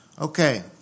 okay